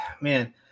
man